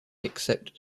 accepted